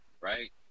right